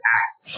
act